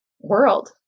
world